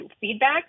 feedback